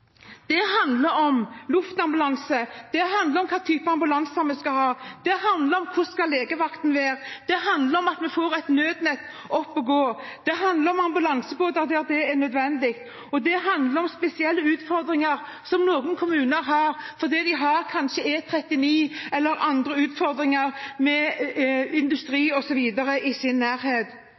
Det handler om luftambulanse. Det handler om hvilken type ambulanse vi skal ha. Det handler om hvordan legevakten skal være. Det handler om at vi får et nødnett opp å gå. Det handler om ambulansebåter der det er nødvendig, og det handler om spesielle utfordringer som noen kommuner har, fordi de kanskje har E39 eller andre utfordringer med industri osv. i sin nærhet.